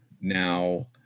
now